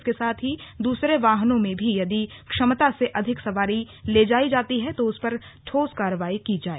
इसके साथ ही दूसरे वाहनों में भी यदि क्षमता से अधिक सवारी ले जायी जाती है तो उस पर ठोस कार्रवाई की जाए